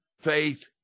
faith